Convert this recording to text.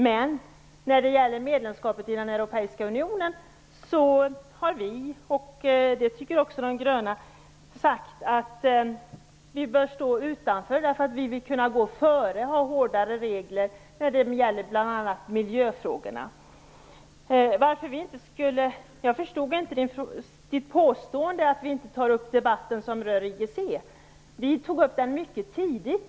Men när det gäller medlemskapet i den europeiska unionen har vi, och även de gröna, sagt att vi bör stå utanför eftersom vi vill kunna gå före och ha hårdare regler när det gäller bl.a. miljöfrågorna. Jag förstod inte påståendet att vi inte tar upp den debatt som rör IGC. Vi tog upp den mycket tidigt.